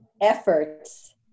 efforts